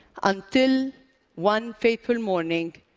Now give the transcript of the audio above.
until one fateful morning,